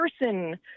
person